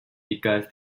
because